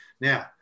Now